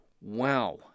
Wow